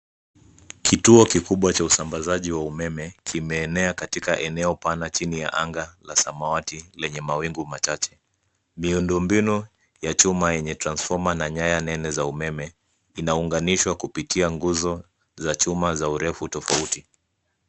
Kituo kikubwa cha usambazaji wa umeme kimeenea katika eneo pana chini ya anga la samawati lenye mawingu machache. Miundu mbinu ya chuma yenye transformer na nyaya nene za umeme inaunganishwa kupitia nguzo za chuma za urefu tofauti.